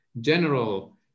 general